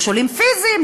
מכשולים פיזיים,